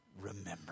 Remember